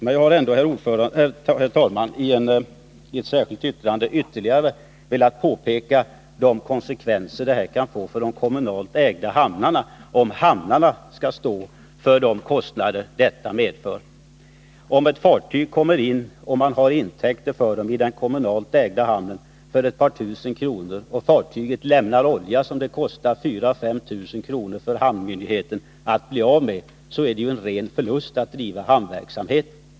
Men jag har ändå, herr talman, i ett särskilt yttrande ytterligare velat påpeka de konsekvenser det kan få för de kommunalt ägda hamnarna, om hamnarna skall stå för de kostnader detta medför. Om ett fartyg kommer in i en hamn och man har intäkter för det i den kommunalt ägda hamnen på ett par tusen kronor och fartyget lämnar oljeavfall som det kostar 4 000-5 000 kronor för hamnmyndigheten att bli av med, blir det en ren förlust att driva hamnverksamhet.